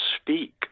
speak